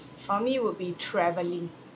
for me would be travelling